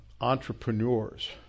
entrepreneurs